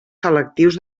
selectius